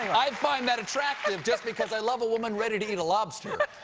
i find that attractive just because i love a woman ready to eat lobster.